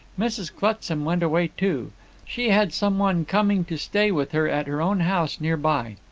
mrs. clutsam went away too she had some one coming to stay with her at her own house near by.